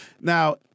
Now